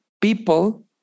people